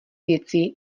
věcí